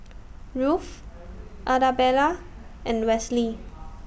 Ruth Arabella and Wesley